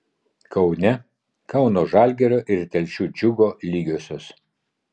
kaune kauno žalgirio ir telšių džiugo lygiosios